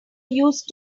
used